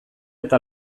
eta